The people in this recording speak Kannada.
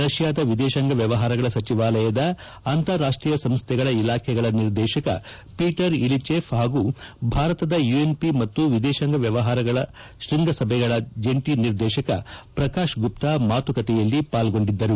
ರಷ್ಯಾದ ವಿದೇಶಾಂಗ ವ್ಯವಹಾರಗಳ ಸಚಿವಾಲಯದ ಅಂತಾರಾಷ್ಟೀಯ ಸಂಸ್ಥೆಗಳ ಇಲಾಖೆಗಳ ನಿರ್ದೇಶಕ ಪೀಟರ್ ಇಲಿಚೆವ್ ಹಾಗೂ ಭಾರತದ ಯುಎನ್ಪಿ ಮತ್ತು ವಿದೇಶಾಂಗ ವ್ಯವಹಾರಗಳ ಶ್ವಂಗಸಭೆಗಳ ಜಂಟಿ ನಿರ್ದೇಶಕ ಪ್ರಕಾಶ್ ಗುಪ್ತ ಮಾತುಕತೆಯಲ್ಲಿ ಪಾಲ್ಗೊಂಡಿದ್ದರು